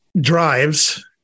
drives